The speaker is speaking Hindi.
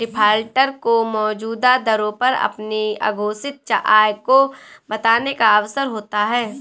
डिफाल्टर को मौजूदा दरों पर अपनी अघोषित आय को बताने का अवसर होता है